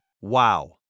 Wow